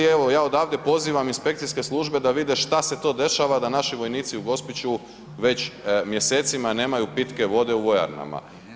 Evo ja odavde pozivam inspekcijske službe da vide šta se to dešava da naši vojnici u Gospiću već mjesecima nemaju pitke vode u vojarnama.